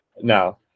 No